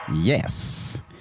Yes